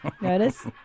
Notice